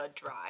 dry